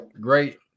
great